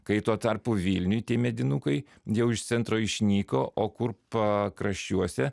kai tuo tarpu vilniuj tie medinukai jau iš centro išnyko o kur pakraščiuose